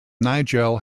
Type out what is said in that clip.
nigel